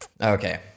okay